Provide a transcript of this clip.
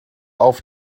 auf